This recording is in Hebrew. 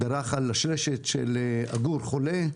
דרך על לשלשת של עגור חולה,